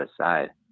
aside